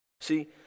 See